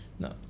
No